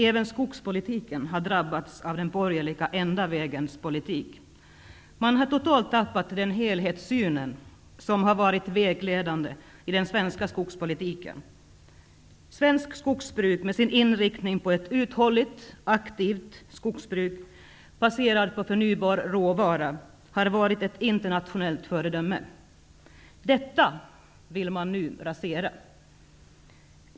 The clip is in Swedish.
Även skogspolitiken har drabbats av den borgerliga enda vägens politik. Man har totalt tappat den helhetssyn som har varit vägledande i den svenska skogspolitiken. Svenskt skogsbruk, med sin inriktning på ett uthålligt, aktivt skogsbruk, baserat på förnybar råvara, har varit ett internationellt föredöme. Detta vill man nu rasera.